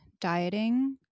dieting